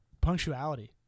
punctuality